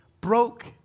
broke